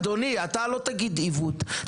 אדוני, אתה לא תגיד עיוות.